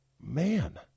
man